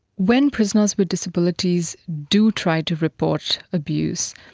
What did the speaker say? when prisoners with disabilities do try to report abuse,